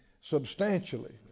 substantially